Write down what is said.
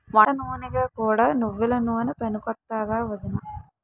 వంటనూనెగా కూడా నువ్వెల నూనె పనికొత్తాదా ఒదినా?